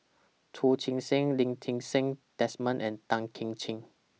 Chu Chee Seng Lee Ti Seng Desmond and Tan Kim Ching